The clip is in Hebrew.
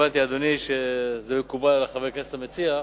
אדוני, אני הבנתי שזה מקובל על חבר הכנסת המציע.